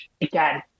again